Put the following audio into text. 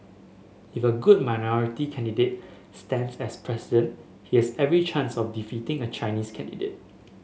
if a good minority candidate stands as President he has every chance of defeating a Chinese candidate